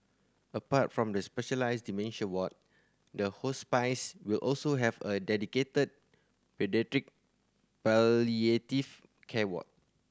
apart from the specialised dementia ward the will also have a dedicated palliative care ward